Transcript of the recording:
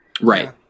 Right